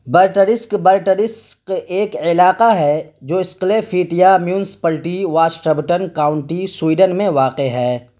Burtrask Bertrask ایک علاقہ ہے جو Skellefteå municipality Västerbotten county Sweden میں واقع ہے